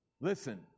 Listen